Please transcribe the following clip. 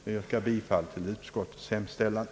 Jag yrkar bifall till utskottets hemställan.